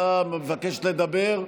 מבקשת לדבר?